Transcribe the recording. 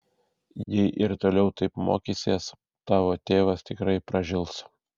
jei ir toliau taip mokysies tavo tėvas tikrai pražils